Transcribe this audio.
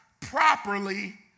properly